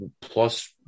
plus